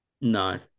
No